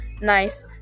nice